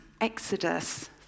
Exodus